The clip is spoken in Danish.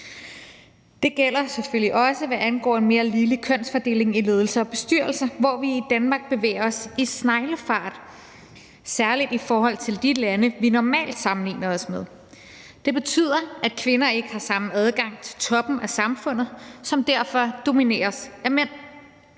Det gælder selvfølgelig også, hvad angår en mere ligelig kønsfordeling i ledelser og bestyrelser, hvor vi i Danmark bevæger os i sneglefart, særlig i forhold til de lande, vi normalt sammenligner os med. Det betyder, at kvinder ikke har samme adgang som mænd til toppen af samfundet, som derfor domineres af mænd.